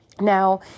Now